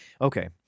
okay